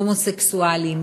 הומוסקסואלים,